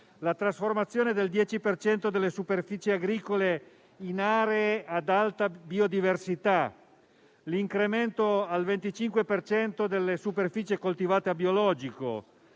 trasformazione del 10 per cento delle superfici agricole in aree ad alta biodiversità, l'incremento del 25 per cento delle superfici coltivate a biologico,